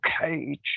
cage